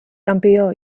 campió